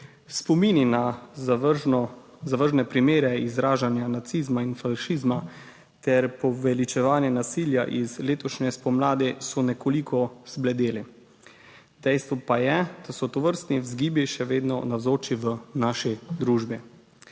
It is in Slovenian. zavržno, zavržne primere izražanja nacizma in fašizma ter poveličevanje nasilja iz letošnje spomladi so nekoliko zbledeli, dejstvo pa je, da so tovrstni vzgibi še vedno navzoči v naši družbi.